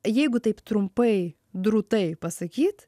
jeigu taip trumpai drūtai pasakyt